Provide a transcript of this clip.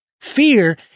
Fear